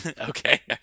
Okay